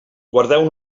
guardeu